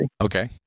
Okay